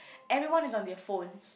everyone is on their phones